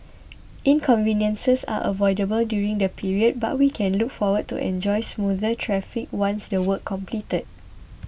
inconveniences are unavoidable during the period but we can look forward to enjoy smoother traffic once the work completed